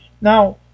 now